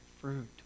fruit